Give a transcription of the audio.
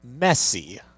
messy